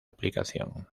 aplicación